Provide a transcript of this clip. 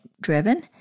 driven